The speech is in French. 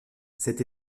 cette